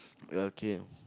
ya okay